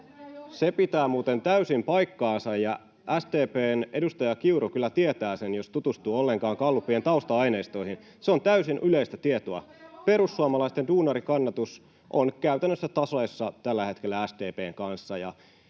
Se pitää muuten täysin paikkansa. Ja SDP:n edustaja Kiuru kyllä tietää sen, jos tutustuu ollenkaan gallupien tausta-aineistoihin. Se on täysin yleistä tietoa. [Krista Kiuru: Onko teillä omia arvoja?] Perussuomalaisten duunarikannatus on käytännössä tällä hetkellä tasoissa